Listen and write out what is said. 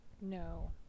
No